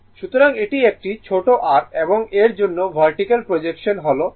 সুতরাং এটি একটি ছোট r এবং এর জন্য ভার্টিকাল প্রজেকশন হল 396